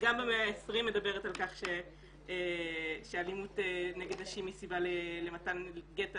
במאה ה-20 מדברת על כך שהאלימות נגד נשים היא סיבה למתן גט,